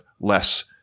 less